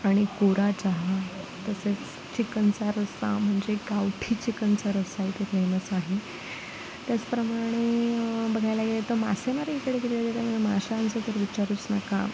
आणि कोरा चहा तसेच चिकनचा रस्सा म्हणजे गावठी चिकनचा रस्सा इथे फेमस आहे त्याचप्रमाणे बघायला गेलं तर मासेमारी माशांचं तर विचारूच नका